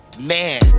man